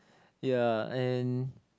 ya and